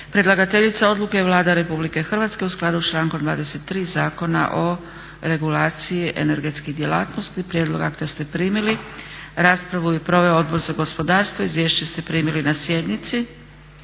Predlagateljice odluke je Vlada Republike Hrvatske u skladu s člankom 23. Zakona o regulaciji energetskih djelatnosti. Prijedlog akta ste primili. Raspravu je proveo Odbor za gospodarstvo. Izvješće ste primili na sjednici.